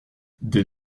des